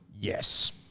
Yes